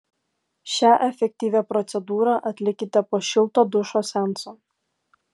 šią efektyvią procedūrą atlikite po šilto dušo seanso